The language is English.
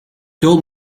told